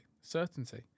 Certainty